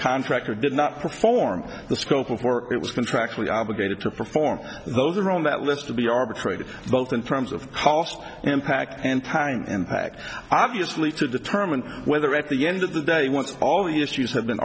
contractor did not perform the scope of work it was contractually obligated to perform those are on that list to be arbitrated both in terms of cost impact and time in fact obviously to determine whether at the end of the day once all the issues